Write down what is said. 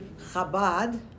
Chabad